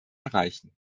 erreichen